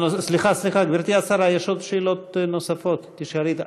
סליחה, גברתי השרה, יש שאלות נוספות, תישארי אתנו.